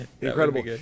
Incredible